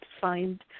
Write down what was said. find